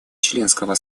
членского